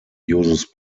uses